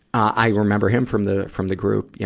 i remember him from the, from the group. yeah